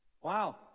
Wow